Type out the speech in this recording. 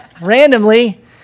randomly